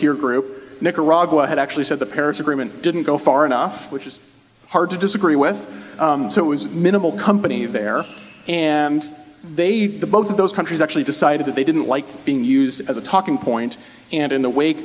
peer group nicaragua had actually said the paris agreement didn't go far enough which is hard to disagree with so it was minimal company there and they both of those countries actually decided that they didn't like being used as a talking point and in the wake